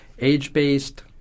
age-based